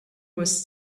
was